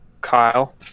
kyle